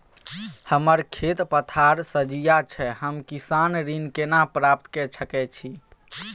हमर खेत पथार सझिया छै हम किसान ऋण केना प्राप्त के सकै छी?